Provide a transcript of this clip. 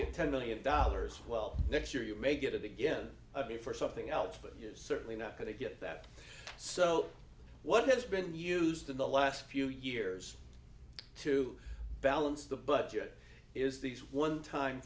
get ten million dollars well next year you may get it again for something else that is certainly not going to get that so what has been used in the last few years to balance the budget is these one time